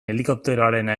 helikopteroarena